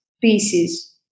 pieces